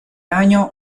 año